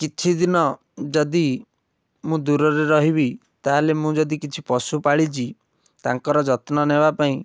କିଛି ଦିନ ଯଦି ମୁଁ ଦୂରରେ ରହିବି ତାହେଲେ ମୁଁ ଯଦି କିଛି ପଶୁ ପାଳିଛି ତାଙ୍କର ଯତ୍ନ ନେବାପାଇଁ